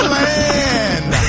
land